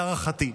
להערכתי.